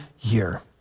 year